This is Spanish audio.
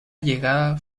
llegada